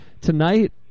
tonight